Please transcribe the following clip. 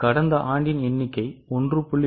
கடந்த ஆண்டின் எண்ணிக்கை 1